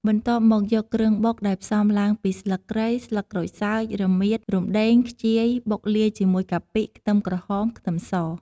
បន្ទាប់់មកយកគ្រឿងបុកដែលផ្សំឡើងពីស្លឹកគ្រៃ ស្លឹកក្រូចសើច រមៀត រំដេង ខ្ជាយ បុកលាយជាមួយកាពិ ខ្ទឹមក្រហម ខ្ទឹមស។